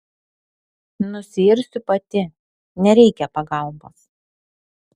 nusiirsiu pati nereikia pagalbos